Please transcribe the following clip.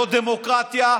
לא דמוקרטיה,